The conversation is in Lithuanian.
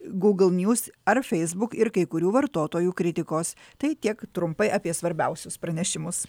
google news ar facebook ir kai kurių vartotojų kritikos tai tiek trumpai apie svarbiausius pranešimus